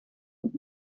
und